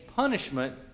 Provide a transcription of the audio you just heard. Punishment